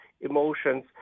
emotions